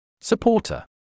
Supporter